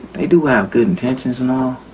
they do have good intentions and all